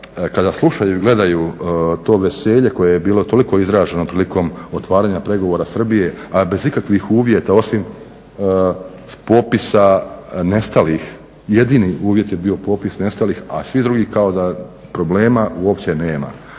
kada slušaju i gledaju to veselje koje je bilo toliko izraženo prilikom otvaranje pregovora Srbije, a bez ikakvih uvjeta osim popisa nestalih jedini uvjet je bio popis nestalih, a svi drugi problema uopće nema.